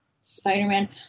Spider-Man